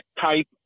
type